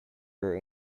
her